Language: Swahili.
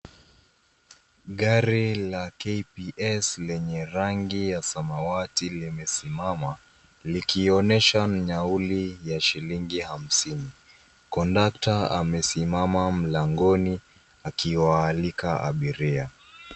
Gari la KPS lenye rangi ya samawati limesimama, likionyesha nauli ya shilingi 50. Kondakta amesimama mlangoni akiwaalika abiria.